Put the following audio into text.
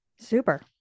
Super